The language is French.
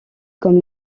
comme